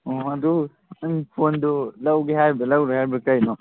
ꯑꯣ ꯑꯗꯨ ꯅꯪ ꯐꯣꯟꯗꯨ ꯂꯧꯒꯦ ꯍꯥꯏꯔꯤꯕ꯭ꯔꯣ ꯂꯧꯔꯣꯏ ꯍꯥꯏꯔꯤꯕ꯭ꯔꯣ ꯀꯔꯤꯅꯣ